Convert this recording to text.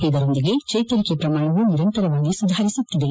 ಇದರೊಂದಿಗೆ ಚೇತರಿಕೆ ಪ್ರಮಾಣವೂ ನಿರಂತರವಾಗಿ ಸುಧಾರಿಸುತ್ತಿದೆ